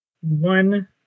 one